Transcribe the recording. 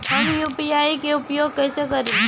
हम यू.पी.आई के उपयोग कइसे करी?